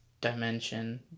dimension